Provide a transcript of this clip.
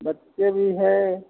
बच्चे भी हैं